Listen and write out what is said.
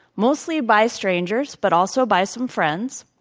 mostly by strangers, but also by some friends.